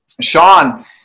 Sean